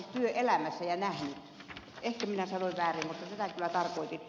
ehkä minä sanoin väärin mutta tätä kyllä tarkoitin